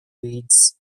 reads